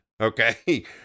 Okay